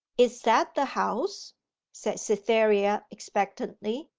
is that the house said cytherea expectantly,